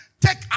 take